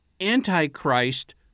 antichrist